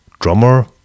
drummer